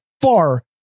far